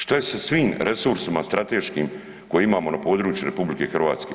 Šta je sa svim resursima strateškim koje imamo na području RH?